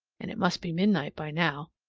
and it must be midnight by now.